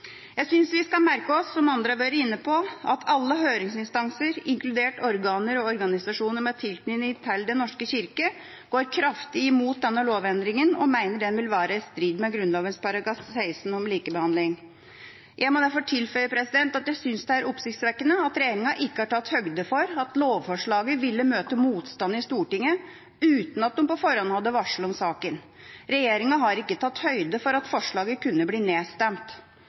Jeg synes vi skal merke oss, som andre har vært inne på, at alle høringsinstanser, inkludert organer og organisasjoner med tilknytning til Den norske kirke, går kraftig imot denne lovendringen og mener den vil være i strid med Grunnloven § 16, om likebehandling. Jeg må derfor tilføye at jeg synes det er oppsiktsvekkende at regjeringa ikke har tatt høyde for at lovforslaget ville møte motstand i Stortinget uten at de på forhånd hadde varslet om saken. Regjeringa har ikke tatt høyde for at forslaget kunne bli nedstemt.